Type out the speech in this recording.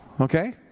okay